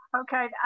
Okay